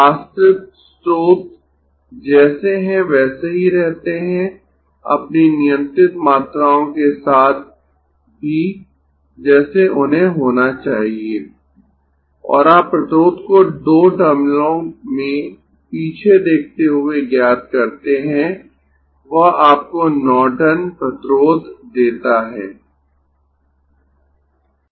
आश्रित स्रोत जैसे है वैसे ही रहते है अपनी नियंत्रित मात्राओं के साथ भी जैसे उन्हें होना चाहिए और आप प्रतिरोध को दो टर्मिनलों में पीछे देखते हुए ज्ञात करते है वह आपको नॉर्टन प्रतिरोध देता है